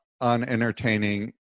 unentertaining